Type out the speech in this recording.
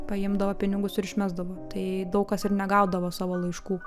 paimdavo pinigus ir išmesdavo tai daug kas ir negaudavo savo laiškų